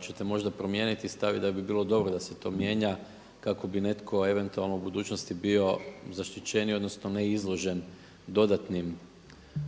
ćete možda promijeniti stav i da bi bilo dobro da se to mijenja kako bi netko eventualno u budućnosti bio zaštićeniji odnosno ne izložen dodatnim da